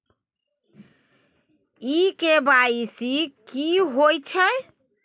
इ के.वाई.सी की होय छै?